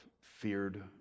feared